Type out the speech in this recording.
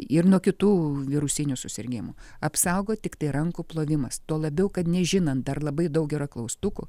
ir nuo kitų virusinių susirgimų apsaugo tiktai rankų plovimas tuo labiau kad nežinant ar labai daug yra klaustukų